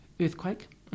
Earthquake